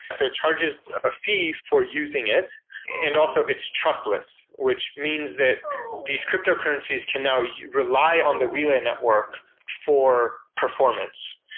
so charges a fee for using it and also it's trustless, which means that these cryptocurrencies can now yeah rely on the relay network for performance.